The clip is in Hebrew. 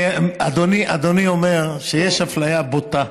אדוני אומר שיש אפליה בוטה